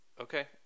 okay